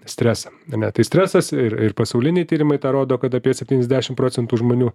stresą ane tai stresas ir ir pasauliniai tyrimai tą rodo kad apie septyniasdešimt procentų žmonių